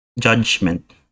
judgment